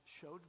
showed